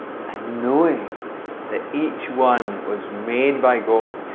and knowing that each one was made by god,